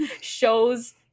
shows